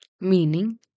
Meaning